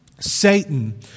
Satan